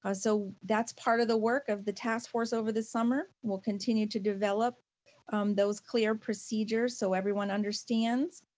ah so that's part of the work of the task force over the summer. we'll continue to develop those clear procedures so everyone understands.